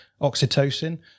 oxytocin